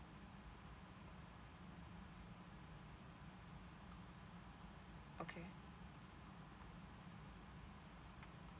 okay